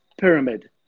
pyramid